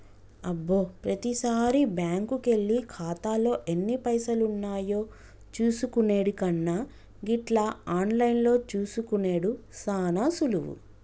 అబ్బో ప్రతిసారి బ్యాంకుకెళ్లి ఖాతాలో ఎన్ని పైసలున్నాయో చూసుకునెడు కన్నా గిట్ల ఆన్లైన్లో చూసుకునెడు సాన సులువు